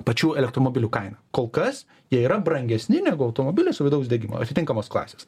pačių elektromobilių kaina kol kas jie yra brangesni negu automobilis su vidaus degimo atitinkamos klasės